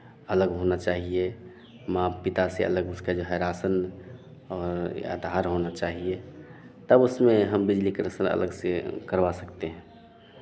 अलग होना चाहिए माँ पिता से अलग उसका जो है राशन और या आधार होना चाहिए तब उसमें हम बिजली कनेक्शन अलग से करवा सकते हैं